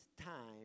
time